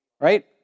Right